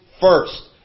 first